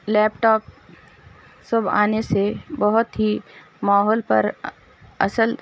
لیپ top سب آنے سے بہت ہی ماحول پر اصل